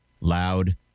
Loud